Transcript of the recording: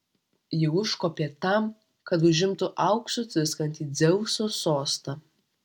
ji užkopė tam kad užimtų auksu tviskantį dzeuso sostą